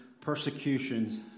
persecutions